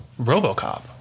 RoboCop